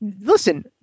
Listen